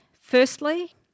Firstly